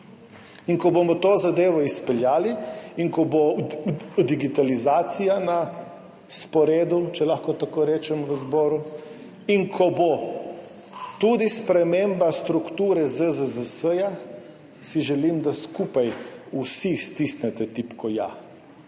Ko bomo to zadevo izpeljali in ko bo digitalizacija na sporedu, če lahko tako rečem, v zboru in ko bo tudi sprememba strukture ZZZS, si želim, da skupaj vsi stisnete tipko »ja«